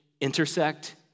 intersect